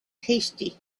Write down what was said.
hasty